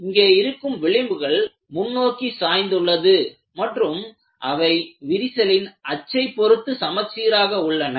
இங்கே இருக்கும் விளிம்புகள் முன்னோக்கி சாய்ந்து உள்ளது மற்றும் அவை விரிசலின் அச்சை பொருத்து சமச்சீராக உள்ளன